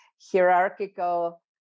hierarchical